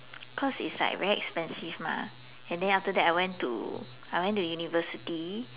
cause is like very expensive lah and then after that I went to I went to university